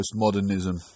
postmodernism